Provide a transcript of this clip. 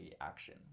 action